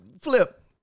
Flip